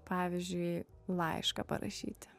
pavyzdžiui laišką parašyti